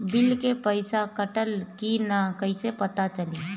Bill के पइसा कटल कि न कइसे पता चलि?